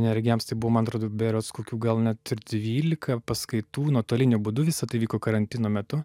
neregiams tai buvo man atrodo berods kokių gal net ir dvylika paskaitų nuotoliniu būdu visa tai vyko karantino metu